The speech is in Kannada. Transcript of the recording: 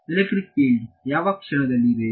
ಎಲೆಕ್ಟ್ರಿಕ್ ಫೀಲ್ಡ್ವು ಯಾವ ಕ್ಷಣದಲ್ಲಿ ಇಲ್ಲಿದೆ